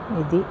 इति